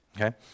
okay